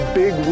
big